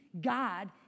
God